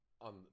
on